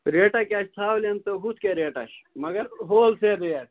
ریٹا کیٛاہ چھِ ژھاوٕلٮ۪ن تہٕ ہُتھ کیٛاہ ریٹا چھِ مگر ہول سیل ریٹ